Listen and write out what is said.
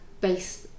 based